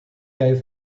gave